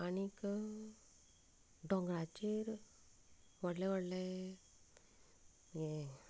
आनी दोंगराचेर व्हडले व्हडले हें